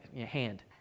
hand